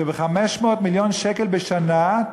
שב-500 מיליון שקל בשנה,